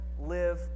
live